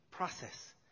process